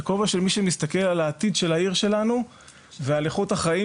וכובע של מי שמסתכל על העתיד של העיר שלנו ועל איכות החיים